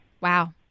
Wow